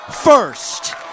First